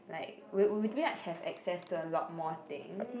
like we we pretty much have access to a lot more thing